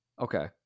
Okay